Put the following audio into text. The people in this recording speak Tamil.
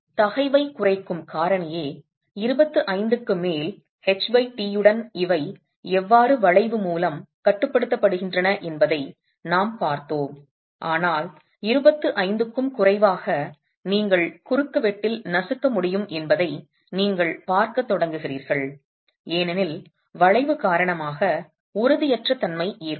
தகைவைக் குறைக்கும் காரணியே 25க்கு மேல் ht உடன் இவை எவ்வாறு வளைவு மூலம் கட்டுப்படுத்தப்படுகின்றன என்பதை நாம் பார்த்தோம் ஆனால் 25 க்கும் குறைவாக நீங்கள் குறுக்குவெட்டில் நசுக்க முடியும் என்பதை நீங்கள் பார்க்கத் தொடங்குகிறீர்கள் ஏனெனில் வளைவு காரணமாக உறுதியற்ற தன்மை ஏற்படும்